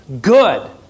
good